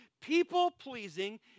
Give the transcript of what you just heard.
People-pleasing